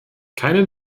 keine